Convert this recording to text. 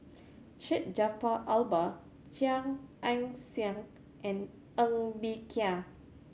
Syed Jaafar Albar Chia Ann Siang and Ng Bee Kia